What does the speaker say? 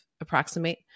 approximate